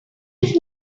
his